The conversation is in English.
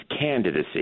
candidacy